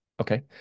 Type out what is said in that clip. Okay